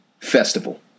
festival